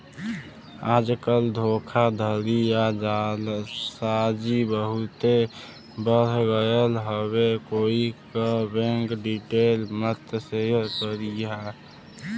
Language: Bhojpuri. आजकल धोखाधड़ी या जालसाजी बहुते बढ़ गयल हउवे कोई क बैंक डिटेल मत शेयर करिहा